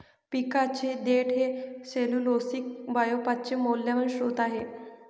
पिकाचे देठ हे सेल्यूलोसिक बायोमासचे मौल्यवान स्त्रोत आहे